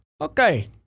Okay